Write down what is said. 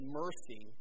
mercy